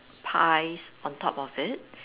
pies on top of it